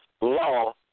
law